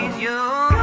you on